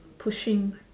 pushing